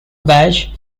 badge